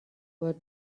were